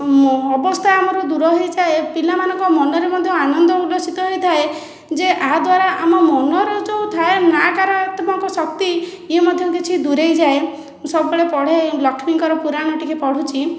ଅବସ୍ଥା ଆମର ଦୂର ହୋଇଯାଏ ପିଲାମାନଙ୍କ ମନରେ ମଧ୍ୟ ଆନନ୍ଦ ଉଲ୍ଲସିତ ହୋଇଥାଏ ଯେ ଏହାଦ୍ଵାରା ଆମ ମନରେ ଯେଉଁ ଥାଏ ନକାରାତ୍ମକ ଶକ୍ତି ଇଏ ମଧ୍ୟ କିଛି ଦୂରେଇଯାଏ ମୁଁ ସବୁବେଳେ ପଢ଼େ ଲକ୍ଷ୍ମୀଙ୍କର ପୁରାଣ ଟିକିଏ ପଢ଼ୁଛି